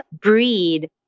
breed